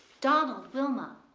donald, wilma!